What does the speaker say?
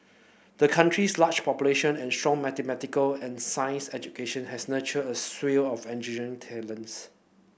the country's large population and strong mathematical and sciences education has nurtured a slew of engineering talents